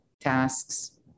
tasks